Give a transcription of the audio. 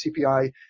CPI